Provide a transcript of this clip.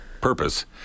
purpose